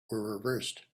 reversed